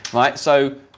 right so,